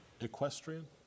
Equestrian